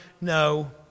no